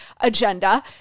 agenda